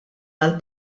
għall